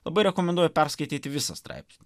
labai rekomenduoju perskaityti visą straipsnį